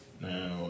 Now